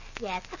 Yes